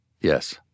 Yes